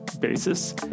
basis